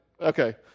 Okay